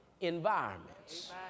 environments